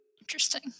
Interesting